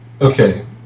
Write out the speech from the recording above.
Okay